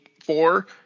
four